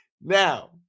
Now